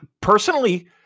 personally